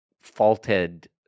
faulted